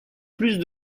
plus